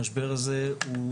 המשבר הזה הוא